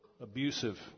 abusive